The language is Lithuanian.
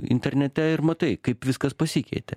internete ir matai kaip viskas pasikeitė